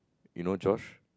you know Josh